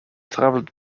travelled